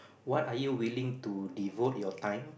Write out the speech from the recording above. what are you willing to devote your time